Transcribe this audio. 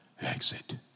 exit